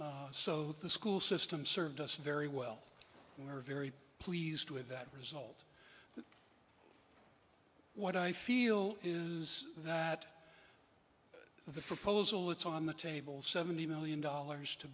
so the school system served us very well and we're very pleased with that result what i feel is that the proposal that's on the table seventy million dollars to